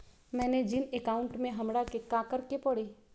मैंने जिन अकाउंट में हमरा के काकड़ के परी?